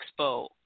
expo